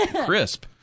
Crisp